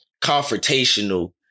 confrontational